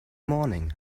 morning